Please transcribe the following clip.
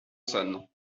son